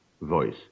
voice